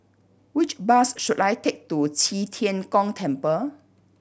which bus should I take to Qi Tian Gong Temple